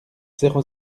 zéro